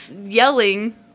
yelling